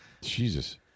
Jesus